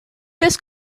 this